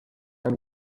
and